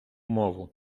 мову